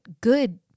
good